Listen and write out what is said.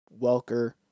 Welker